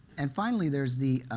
and finally there's the